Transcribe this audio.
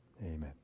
Amen